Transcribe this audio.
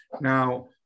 Now